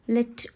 Let